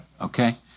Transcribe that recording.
Okay